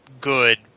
good